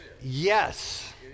Yes